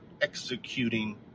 executing